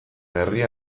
herria